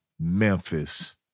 Memphis